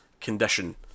condition